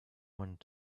want